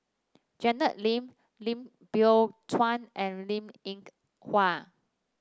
Janet Lim Lim Biow Chuan and Linn Ink Hua